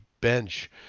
bench